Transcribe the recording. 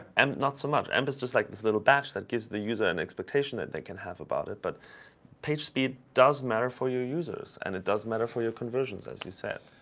and not so much. amp is just like this little batch that gives the user an expectation that they can have about it. but page speed does matter for your users. and it does matter for your conversions, as you said.